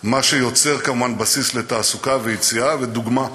מה שיוצר כמובן בסיס לתעסוקה ויציאה ודוגמה ומופת.